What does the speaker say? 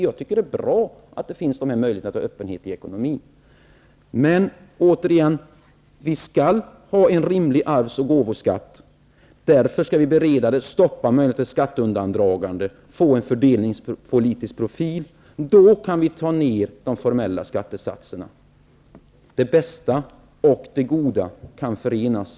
Och jag tycker att det är bra att dessa möjligheter till öppenhet finns i ekonomin. Men, återigen, vi skall ha en rimlig arvs och gåvobeskattning. Därför skall vi stoppa möjligheterna till skatteundandragande och skapa en fördelningspolitisk profil. Då kan vi sänka de formella skattesatserna. Det bästa och det goda kan förenas.